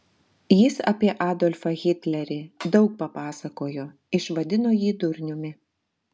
jis apie adolfą hitlerį daug papasakojo išvadino jį durniumi